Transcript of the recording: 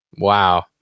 Wow